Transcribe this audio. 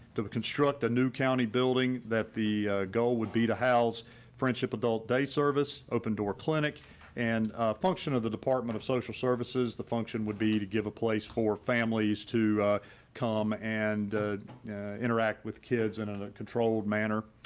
to construct a new county building that the goal would be to house friendship adult day service, open door clinic and function of the department of social services the function would be to give a place for families to come and interact with kids in a controlled manner.